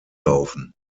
laufen